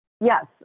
Yes